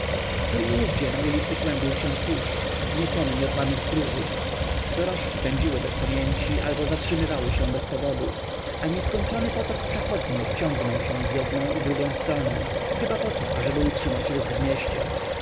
i owdzie na ulicy kłębił się kurz wzniecony miotłami stróżów dorożki pędziły bez pamięci albo zatrzymywały się bez powodu a nieskończony potok przechodniów ciągnął się w jednę i drugą stronę chyba poto ażeby utrzymywać ruch w mieście